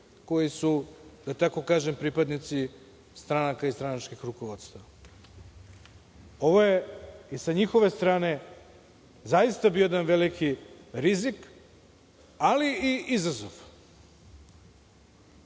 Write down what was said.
koji su, da tako kažem, pripadnici stranaka i stranačkih rukovodstva. Ovo je i sa njihove strane zaista bio jedan veliki rizik, ali i izazov. Oni